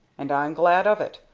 and i'm glad of it,